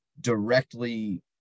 directly